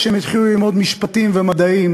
מהרגע שהם התחילו ללמוד משפטים ומדעים.